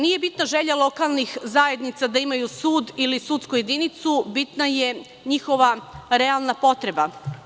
Nije bitna želja lokalnih zajednica da imaju sud ili sudsku jedinicu, bitna je njihova realna potreba.